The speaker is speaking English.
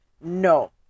no